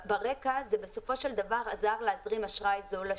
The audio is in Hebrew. ברקע זה בסופו של דבר עזר להזרים אשראי זול לשוק.